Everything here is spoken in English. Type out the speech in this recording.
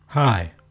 Hi